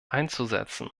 einzusetzen